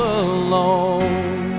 alone